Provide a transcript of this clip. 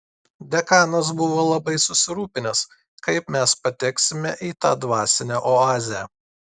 dekanas buvo labai susirūpinęs kaip mes pateksime į tą dvasinę oazę